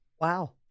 Wow